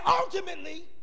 ultimately